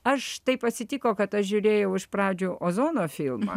aš taip atsitiko kad aš žiūrėjau iš pradžių ozono filmą